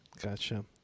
gotcha